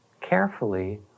carefully